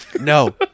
No